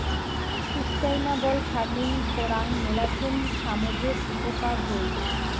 sustainable farming করাং মেলাছেন সামজের উপকার হই